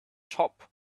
top